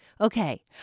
Okay